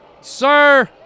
Sir